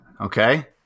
Okay